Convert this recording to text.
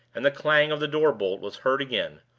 and the clang of the door-bolt was heard again,